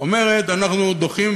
אנחנו דוחים,